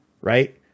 right